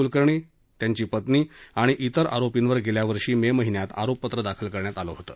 क्लकर्णी त्यांची पत्नी आणि इतर आरोपींवर गेल्या वर्षी मे महिन्यात आरोपपत्र दाखल करण्यात आलं होतं